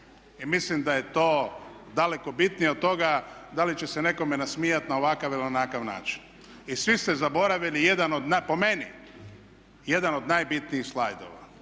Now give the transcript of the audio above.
Mislim da je to daleko bitnije od toga da li će se nekom nasmijati na ovakav ili onakav način. I svi ste zaboravili jedan od po meni, jedan